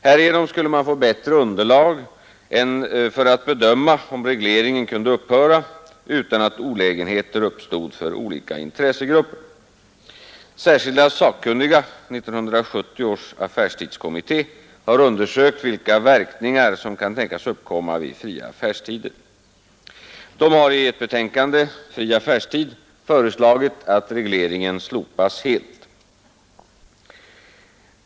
Härigenom skulle man få bättre underlag för att bedöma om regleringen kunde upphöra utan att olägenheter uppstod för olika intressegrupper. Särskilda sakkunniga, 1970 års affärstidskommitté, har undersökt vilka verkningar som kan tänkas uppkomma vid fria affärstider. De har i betänkandet Fri affärstid föreslagit att regleringen slopas helt.